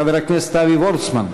חבר הכנסת אבי וורצמן,